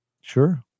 Sure